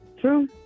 True